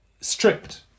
stripped